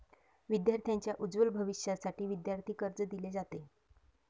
विद्यार्थांच्या उज्ज्वल भविष्यासाठी विद्यार्थी कर्ज दिले जाते